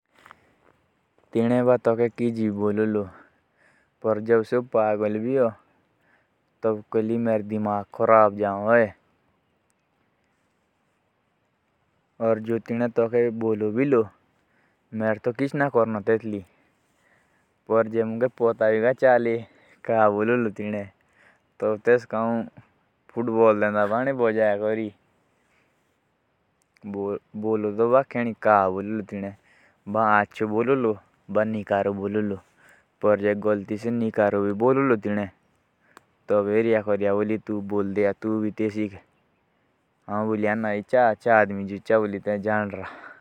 उसने तुझे चाहे कछ भी बोला होगा ना तो अगर मुझे पता चल गया होगा ना तो फर देख लेना।